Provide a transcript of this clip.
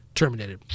terminated